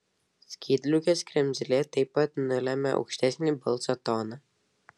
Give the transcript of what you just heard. skydliaukės kremzlė taip pat nulemia aukštesnį balso toną